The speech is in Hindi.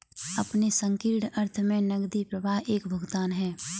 अपने संकीर्ण अर्थ में नकदी प्रवाह एक भुगतान है